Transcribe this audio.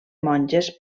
monges